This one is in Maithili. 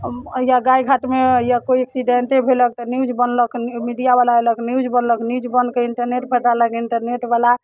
या गायघाटमे या कोइ एक्सिडेन्टे भेलक तऽ न्यूज बनलक मीडिया बला ऐलक न्यूज बनलक न्यूज बनके इण्टरनेट पर डाललक इण्टरनेट बला